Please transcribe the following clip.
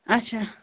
اَچھا